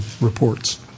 reports